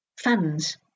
fans